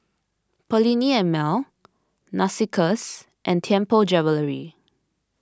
Perllini and Mel Narcissus and Tianpo Jewellery